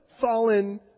fallen